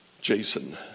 Jason